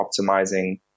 optimizing